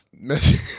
messy